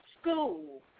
School